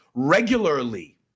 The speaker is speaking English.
regularly